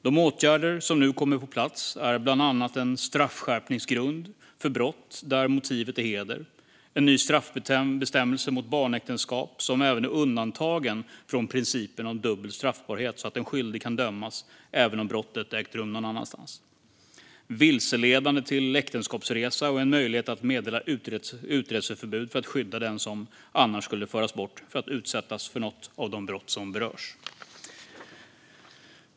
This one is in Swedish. De åtgärder som nu kommer på plats är bland annat en straffskärpningsgrund för brott där motivet är heder, en ny straffbestämmelse mot barnäktenskap som även är undantagen från principen om dubbel straffbarhet så att en skyldig kan dömas även om brottet har ägt rum någon annanstans, vilseledande till äktenskapsresa och en möjlighet att meddela utreseförbud för att skydda den som annars skulle föras bort för att utsättas för något av de brott som berörs.